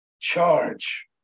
charge